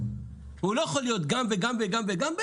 הוא לא יכול להיות גם וגם וגם וגם,